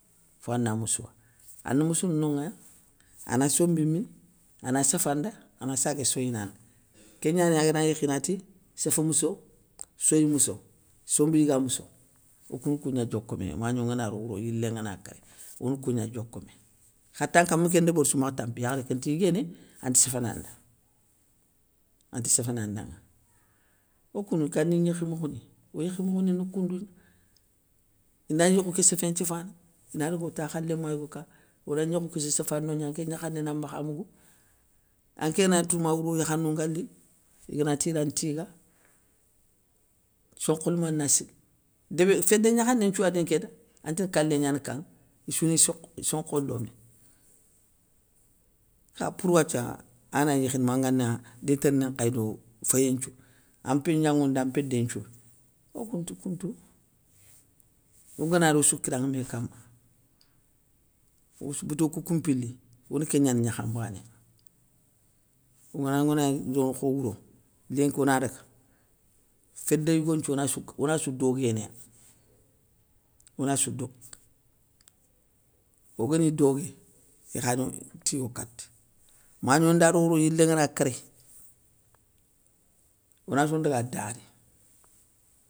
Fo ana moussou wa, ane moussoune nonŋaya, ana sombi mini, ana safanda, ana sagué soyinanda, kégnani agana yékhi inati, séffe mousso, soyi mousso, sombi yiga mousso, okou na kougna dioka mé magno ngana ro wouro yilé ngana kéré, ona kougna dioko mé. Kha tanki ami kén ndébérssou, makh tampi yakharé kénti yiguéné. ante séfénanda, anti séfénandaŋa. Okoune gani gnékhi mokho ni, o yékhi mokhoni na koundou gna, inda gni yokhou ké séffé nthiafana, ina dago takhalé ma yogo ka, ona gnokhou késsou safana nogna anké gnakhané na makha mougou, anké nganagna tounou ma wouro yakhanou nga li, iganati ran ntiga, sonkholima na sigui, débé fédé gnakhané nthiou ya lini kéta, antini kalé gnana kanŋa issouni sonkh, sonkho lomé. Kha pour wathia, angana gni yékhini manga na létére ni nkhay do féyé nthiou, an mpi gnanŋou nda mpédé nthiou, okou nte koun ntou. Ogana ri ossou kiranŋa mé kama, ossou bito koukou mpili, ona kégnana gnakha mbanéya ogana ogana rono kho wouro, lénki ona daga fédé yigo nthiou onassouka, onassou doguénéya, ona sou dogue, ogani dogué, ikhana tiyo kate. Magno nda ro wouro yilé ngana kéré, onato ndaga dari.